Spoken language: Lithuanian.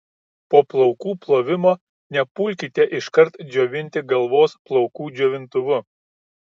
po plaukų plovimo nepulkite iškart džiovinti galvos plaukų džiovintuvu